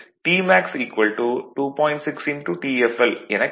04 எனப் பொருத்தினால் TmaxTfl 2